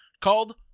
called